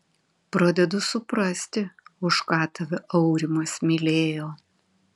pradedu suprasti už ką tave aurimas mylėjo